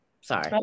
Sorry